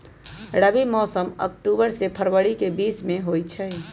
रबी मौसम अक्टूबर से फ़रवरी के बीच में होई छई